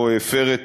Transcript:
או הפר את